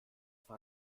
war